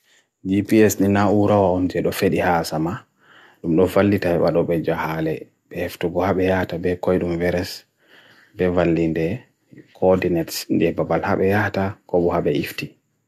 GPS nina uro onche do fediha asama nm nofal nita wad ope jahale be hef to bohabe yaata be kodun virus be val linde koordinates nye babal hape yaata ko bohabe ifti